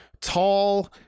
tall